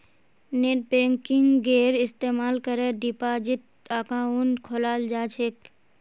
नेटबैंकिंगेर इस्तमाल करे डिपाजिट अकाउंट खोलाल जा छेक